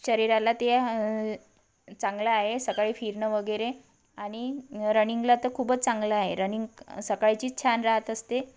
शरीराला ते चांगलं आहे सकाळी फिरणं वगैरे आणि रनिंगला तर खूपच चांगलं आहे रनिंग सकाळचीच छान राहत असते